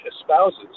espouses